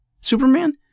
Superman